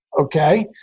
Okay